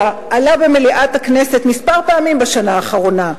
עלה במליאת הכנסת פעמים מספר בשנה האחרונה,